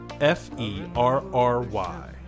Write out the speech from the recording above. F-E-R-R-Y